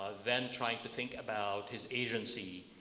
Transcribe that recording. ah then trying to think about his agency.